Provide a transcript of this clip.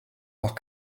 noch